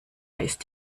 ist